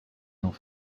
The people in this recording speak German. auf